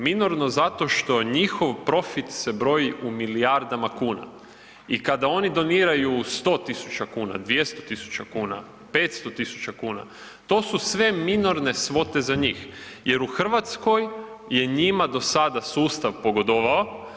Minorno zato što njihov profit se broji u milijardama kuna i kada oni doniraju 100.000 kuna, 200.000 kuna, 500.000 kuna to su ve minorne svote za njih jer u Hrvatskoj je njima do sada sustav pogodovao.